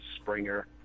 Springer